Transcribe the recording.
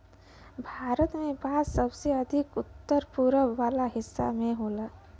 भारत में बांस सबसे अधिका उत्तर पूरब वाला हिस्सा में होला